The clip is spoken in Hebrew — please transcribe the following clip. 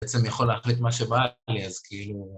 בעצם יכול להחליט מה שבא לי, אז כאילו...